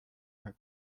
her